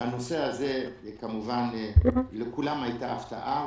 הנושא הזה היה לכולם הפתעה,